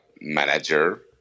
manager